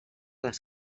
les